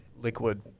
liquid